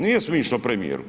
Nije smišno premijeru.